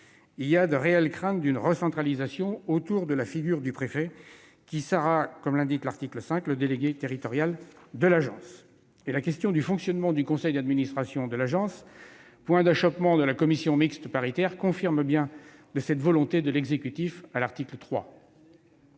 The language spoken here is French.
Il y a de réelles craintes d'une recentralisation autour de la personne du préfet, qui sera, conformément à l'article 5, le délégué territorial de l'agence. Tel que défini à l'article 3, le fonctionnement du conseil d'administration de l'agence, point d'achoppement de la commission mixte paritaire, confirme bien cette volonté de l'exécutif. Au lieu